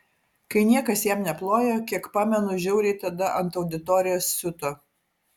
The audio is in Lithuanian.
kai niekas jam neplojo kiek pamenu žiauriai tada ant auditorijos siuto